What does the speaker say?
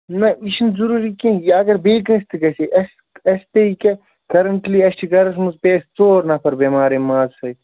نہ یہِ چھُنہٕ ضٔروٗری کیٚنٛہہ یہِ اَگر بیٚیہِ کٲنٛسہِ تہِ گژھِ ہے اَسہِ اَسہِ پے ییٚکیٛاہ کَرنٛٹلی اَسہِ چھِ گَرَس منٛز پے اَسہِ ژور نَفر بٮ۪مار اَمہِ مازٕ سۭتۍ